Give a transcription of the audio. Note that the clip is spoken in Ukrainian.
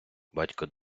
батько